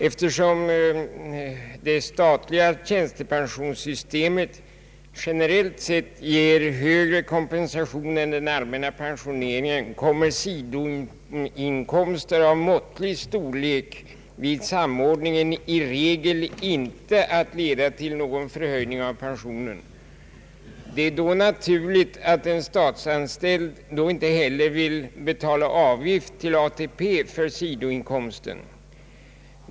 Eftersom det statliga tjänstepensionssystemet generellt sett ger högre kompensation än den allmänna pensioneringen, kommer sidoinkomster av måttlig storlek vid samordningen i regel inte att leda till någon förhöjning av pensionen. Det är då naturligt att en statsanställd inte heller vill betala avgift till ATP för sidoinkomsten.